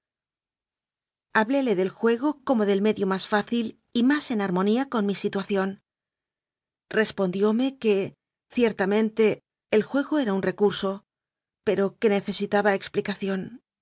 hablóle del juego como del medio más fácil y más en armonía con mi situación respondióme que ciertamente el juego era un recurso pero que necesitaba explicación